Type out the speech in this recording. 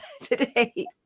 today